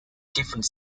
different